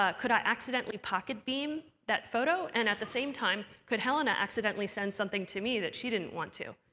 ah could i accidentally pocket beam that photo? and at the same time, could helena accidentally send something to me that she didn't want to?